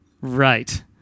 right